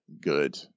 Good